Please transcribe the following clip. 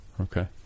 okay